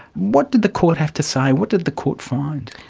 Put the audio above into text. what did the court have to say, what did the court find?